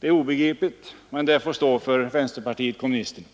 Det är obegripligt, men det får stå för vänsterpartiet kommunisterna.